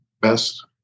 best